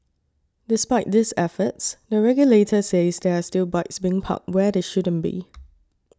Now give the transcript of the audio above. despite these efforts the regulator says there are still bikes being parked where they shouldn't be